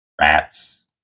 rats